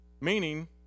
Meaning